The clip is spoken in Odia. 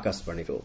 ଅମିତଶାହା ଭଟ୍ଟ